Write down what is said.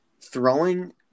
throwing